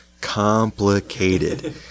complicated